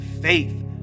faith